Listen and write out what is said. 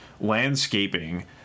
landscaping